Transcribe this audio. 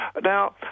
Now